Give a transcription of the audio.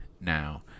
Now